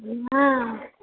हँ